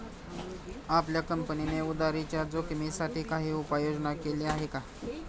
आपल्या कंपनीने उधारीच्या जोखिमीसाठी काही उपाययोजना केली आहे का?